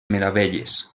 meravelles